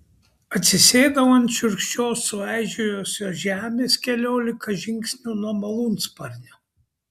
atsisėdau ant šiurkščios sueižėjusios žemės keliolika žingsnių nuo malūnsparnio